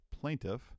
plaintiff